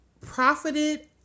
profited